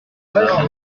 canards